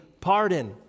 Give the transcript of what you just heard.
pardon